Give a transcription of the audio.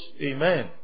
Amen